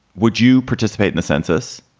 would you participate in the census?